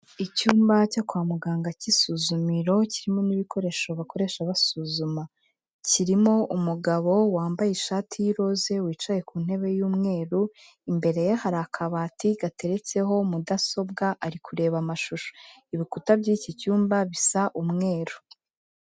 Icyumba cyo kwa muganga cy'isuzumiro kirimo n'ibikoresho bakoresha basuzuma, kirimo umugabo wambaye ishati y'iroza, wicaye ku ntebe y'umweru, imbere ye hari akabati gateretseho mudasobwa, ari kureba amashusho, ibikuta by'iki cyumba bisa umweru.